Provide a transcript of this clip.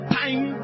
time